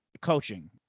coaching